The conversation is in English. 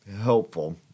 helpful